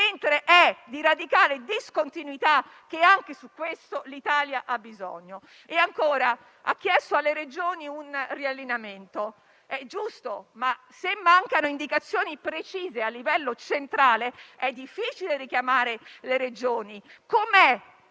mentre è di radicale discontinuità che, anche su questo, l'Italia ha bisogno. Ancora: ha chiesto alle Regioni un riallineamento. È giusto ma, se mancano indicazioni precise a livello centrale, è difficile richiamare le Regioni. Come